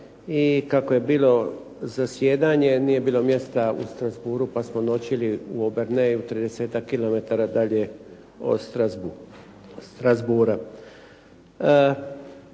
i kako je bilo zasjedanje nije bilo mjesta u Strasbourgu pa smo noćili u Berneju, tridesetak